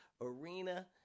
arena